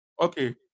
okay